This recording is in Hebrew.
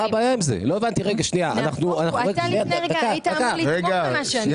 מה הבעיה מה הבעיה עם זה לא הבנתי רגע שנייה רגע שנייה,